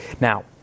Now